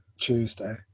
Tuesday